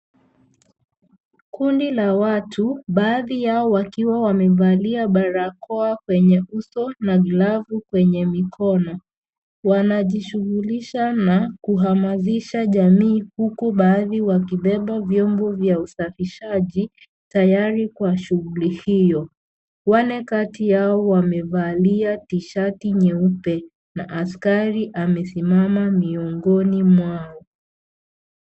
Kundi la watu, baadhi yao wakiwa wamevalia barakoa kwenye uso na glavu kwenye mikono. Wanajishughilisha na kuhamazisha jamii, huku baadhi wakibeba vyombo vya usafishaji, tayari kuwa shughuli hiyo. Wanne kati Yao wamevalia tshati nyeupe na askari amesimama miongini mwao.